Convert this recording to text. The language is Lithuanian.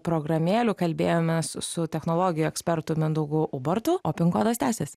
programėlių kalbėjomės su technologijų ekspertu mindaugu ubartu o pin kodas tęsiasi